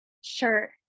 Sure